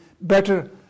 better